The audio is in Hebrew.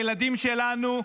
הילדים שלנו,